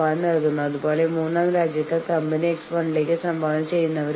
മാനേജ്മെന്റിനെ പ്രതിനിധീകരിച്ച് ആറുപേരും മാനേജ്മെന്റിന്റെ പക്ഷത്തായിരിക്കണം